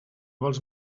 vols